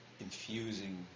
infusing